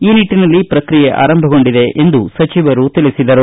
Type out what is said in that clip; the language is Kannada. ಈ ನಿಟ್ಟಿನಲ್ಲಿ ಪ್ರಕ್ರಿಯೆ ಆರಂಭಗೊಂಡಿದೆ ಎಂದು ಸಚಿವರು ತಿಳಿಸಿದರು